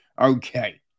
okay